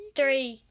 Three